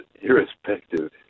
irrespective